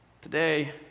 Today